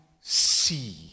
see